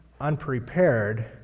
unprepared